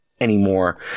anymore